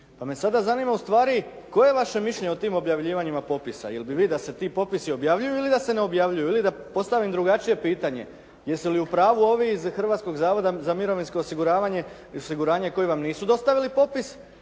pa me sada zanima ustvari koje je vaše mišljenje o tim objavljivanjima popisa. Je'l bi vi da se ti popisi objavljuju ili da se ne objavljuju? Ili da postavim drugačije pitanje, jesu li u pravu ovi iz Hrvatskog zavoda za mirovinsko osiguranje koji vam nisu dostavili popis